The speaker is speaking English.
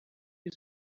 you